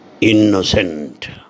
Innocent